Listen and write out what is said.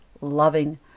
loving